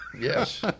Yes